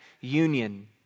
union